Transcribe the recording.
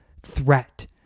threat